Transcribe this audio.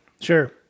Sure